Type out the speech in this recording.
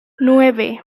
nueve